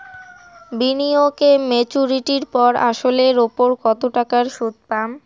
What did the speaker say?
বিনিয়োগ এ মেচুরিটির পর আসল এর উপর কতো টাকা সুদ পাম?